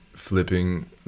Flipping